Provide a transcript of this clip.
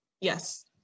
Yes